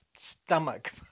stomach